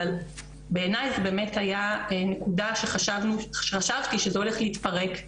אבל בעיניי זה באמת היה נקודה שחשבתי שזה הולך להתפרק,